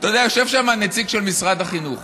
אתה יודע, יושב שם נציג של משרד החינוך.